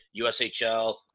USHL